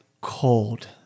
cold